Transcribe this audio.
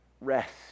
Rest